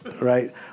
right